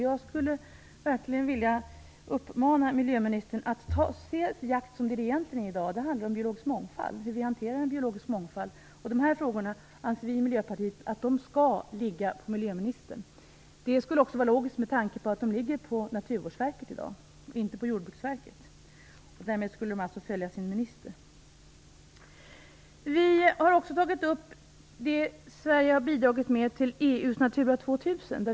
Jag skulle verkligen vilja uppmana miljöministern att inse att jakt handlar om biologisk mångfald i dag. Det handlar om hur vi hanterar den biologiska mångfalden. Vi i Miljöpartiet anser att dessa frågor skall ligga på miljöministern. Det skulle också vara logiskt med tanke på att de i dag ligger på Naturvårdsverket och inte på Jordbruksverket. Därmed skulle de alltså följa sin minister. Vi har också tagit upp det som Sverige har bidragit med till EU:s Natura 2000.